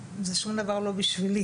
זה שום דבר לא בשבילי,